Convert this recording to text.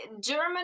German